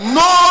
no